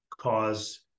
cause